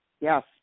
Yes